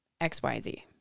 xyz